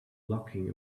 locking